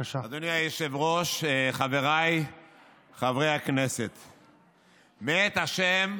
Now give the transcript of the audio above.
אדוני היושב-ראש, חבריי חברי הכנסת, "מאת ה'